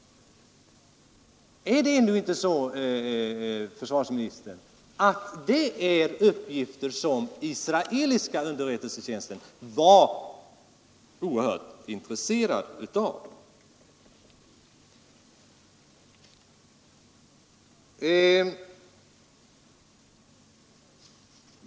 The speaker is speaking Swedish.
Det är väl ändå så, försvarsministern, att det är uppgifter som den israeliska underrättelsetjänsten var oerhört intresserad av.